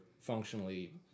functionally